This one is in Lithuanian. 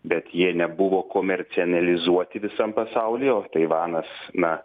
bet jie nebuvo komercianializuoti visam pasauly o taivanas na